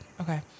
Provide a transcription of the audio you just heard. Okay